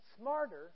smarter